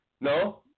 No